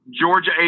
Georgia